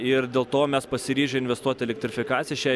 ir dėl to mes pasiryžę investuot elektrifikaciją šiai